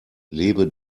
lebe